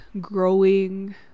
growing